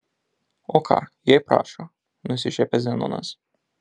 o ką jei prašo nusišiepia zenonas